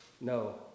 No